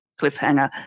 cliffhanger